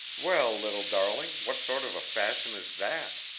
well, little darling, what sort of a fashion is that?